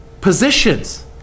positions